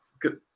good